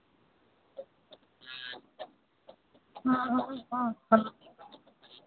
हाँ हाँ हाँ हाँ